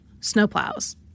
snowplows